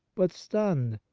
but stunned,